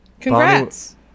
Congrats